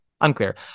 Unclear